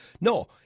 No